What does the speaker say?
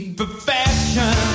perfection